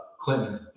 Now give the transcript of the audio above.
Clinton